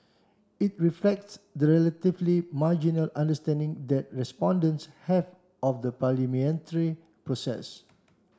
it reflects the relatively marginal understanding that respondents have of the parliamentary process